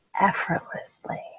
effortlessly